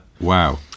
Wow